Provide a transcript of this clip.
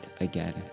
again